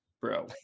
bro